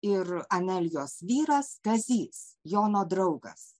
ir anelijos vyras kazys jono draugas